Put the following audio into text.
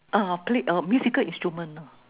ah played uh musical instruments